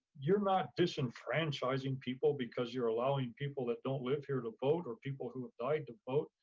you're not disenfranchising people because you're allowing people that don't live here to vote or people who have died to vote.